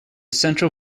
central